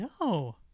No